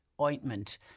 ointment